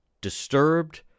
disturbed